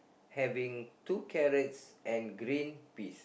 having two carrots and green peas